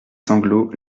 sanglots